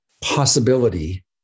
possibility